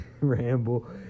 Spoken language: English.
ramble